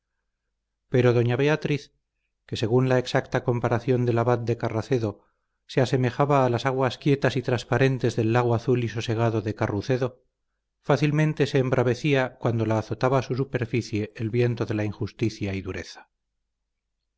pero doña beatriz que según la exacta comparación del abad de carracedo se asemejaba a las aguas quietas y trasparentes del lago azul y sosegado de carucedo fácilmente se embravecía cuando la azotaba su superficie el viento de la injusticia y dureza